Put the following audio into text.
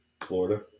Florida